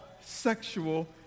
sexual